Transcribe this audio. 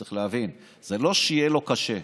צריך להבין: זה לא שיהיה לו קשה,